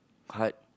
hard